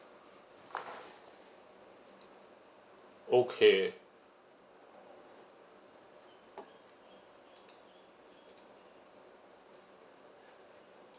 okay